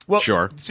Sure